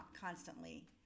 constantly